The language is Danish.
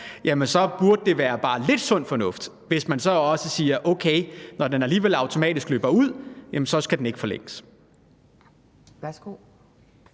klager – burde det være bare lidt sund fornuft, hvis man så også sagde: Okay, når den alligevel automatisk løber ud, skal den ikke forlænges.